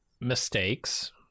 mistakes